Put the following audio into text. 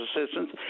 assistance